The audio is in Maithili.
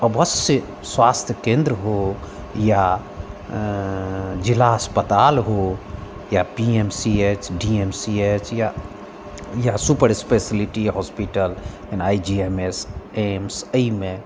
अवश्य स्वास्थ्य केन्द्र हो या जिला अस्पताल हो या P M C H D M C H या या सूपर स्पेशिएलिटी हॉस्पिटल जेना I G I M S AIIMS एहिमे